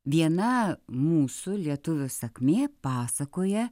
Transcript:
viena mūsų lietuvių sakmė pasakoja